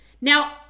Now